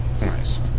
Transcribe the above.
nice